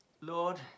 lord